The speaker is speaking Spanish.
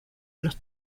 los